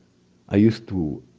i used to,